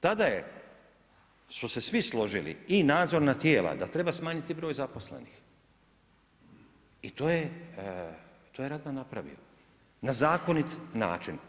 Tada je, su se svi složili i nadzorna tijela da treba smanjiti broj zaposlenih i to je, to je Radman napravio, na zakonit način.